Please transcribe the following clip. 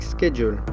Schedule